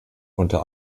unter